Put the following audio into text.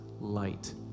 light